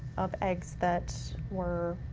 of eggs that were